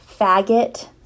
faggot